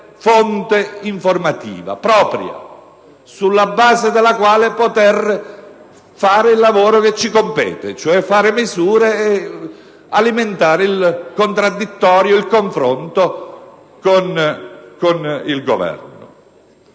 fonte informativa, propria, sulla base della quale poter svolgere il lavoro che ci compete e in questo senso alimentare il contraddittorio ed il confronto con il Governo.